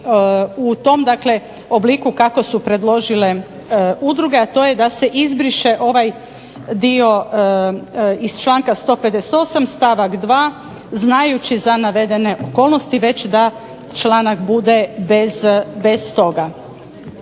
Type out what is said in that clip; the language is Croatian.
dakle obliku kako su predložile udruge, a to je da se izbriše ovaj dio iz članka 158. stavak 2. znajući za navedene okolnosti već da članak bude bez toga.